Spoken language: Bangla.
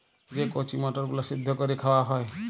যে কঁচি মটরগুলা সিদ্ধ ক্যইরে খাউয়া হ্যয়